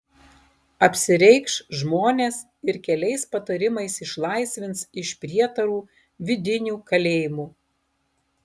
apsireikš žmonės ir keliais patarimais išlaisvins iš prietarų vidinių kalėjimų